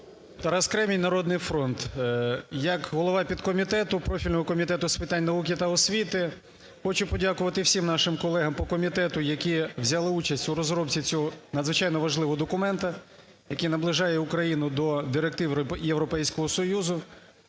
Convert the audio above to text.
Тарас Кремінь, "Народний фронт". Як голова підкомітету профільного Комітету з питань науки та освіти хочу подякувати всім нашим колегам по комітету, які взяли участь в розробці цього надзвичайно важливого документу, який наближає Україну до директив Європейського Союзу,